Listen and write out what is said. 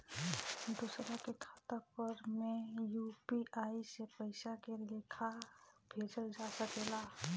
दोसरा के खाता पर में यू.पी.आई से पइसा के लेखाँ भेजल जा सके ला?